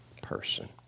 person